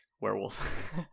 werewolf